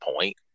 point